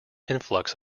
influx